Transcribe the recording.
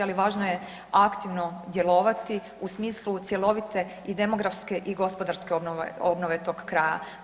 Ali važno je aktivno djelovati u smislu cjelovite i demografske i gospodarske obnove tog kraja.